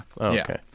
Okay